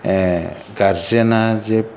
गारजेनआ जेब